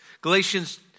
Galatians